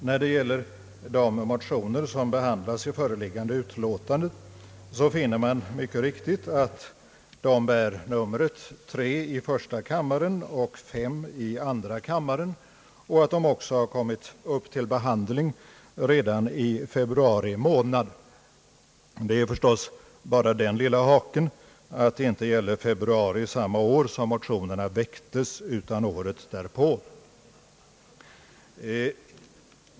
När det gäller de motioner som behandlas i föreliggande utlåtande, finner man att de bär numren I: 3 och II: 5, och de har också mycket riktigt kommit upp till behandling redan i februari månad. Det är förstås den lilla haken att det inte är februari samma år som motionerna väcktes utan året därpå.